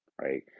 right